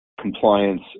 Compliance